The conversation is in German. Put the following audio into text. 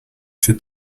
für